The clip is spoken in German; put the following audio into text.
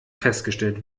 festgestellt